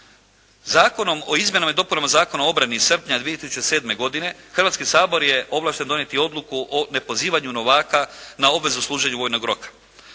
Zakonom o izmjenama i dopunama Zakona o obrani iz srpnja 2007. godine Hrvatski sabor je ovlašten donijeti odluku o nepozivanju novaka na obvezu služenju vojnog roka.